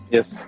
Yes